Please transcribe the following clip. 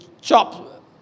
chop